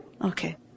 Okay